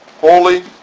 Holy